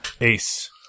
Ace